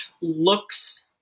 looks